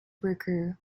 worker